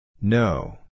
No